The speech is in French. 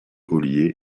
ollier